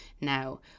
now